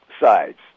sides